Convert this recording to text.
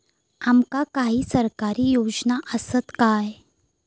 आमका काही सरकारी योजना आसत काय?